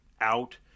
out